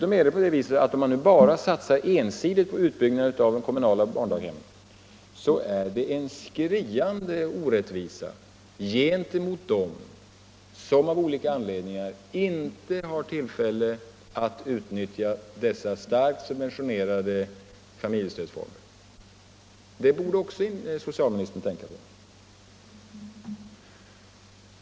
Om man satsar ensidigt på utbyggnad av de kommunala barndaghemmen är det dessutom en skriande orättvisa gentemot dem som av olika anledningar inte har tillfälle att utnyttja dessa starkt subventionerade familjestödsformer. Det borde också socialministern tänka på.